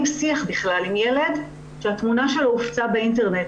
שיח בכלל עם ילד שהתמונה שלו הופצה באינטרנט,